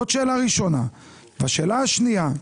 שאלה שנייה: